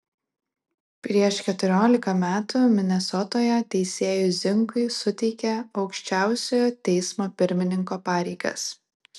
prieš keturiolika metų minesotoje teisėjui zinkui suteikė aukščiausiojo teismo pirmininko pareigas